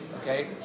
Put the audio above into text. okay